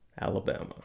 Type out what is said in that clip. Alabama